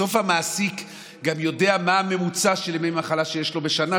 בסוף המעסיק גם יודע מה הממוצע של ימי מחלה שיש לו בשנה,